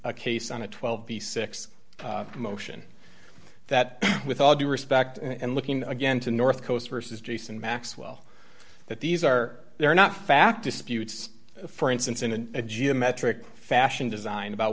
a case on a twelve b six motion that with all due respect and looking again to north coast vs jason maxwell that these are they're not fact disputes for instance in a geometric fashion design about